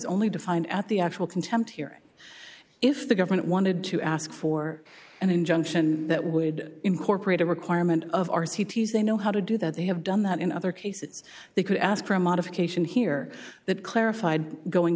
only defined at the actual contempt hearing if the government wanted to ask for an injunction that would incorporate a requirement of r c t s they know how to do that they have done that in other cases they could ask for a modification here that clarified going